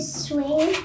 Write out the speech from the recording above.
swing